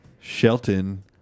shelton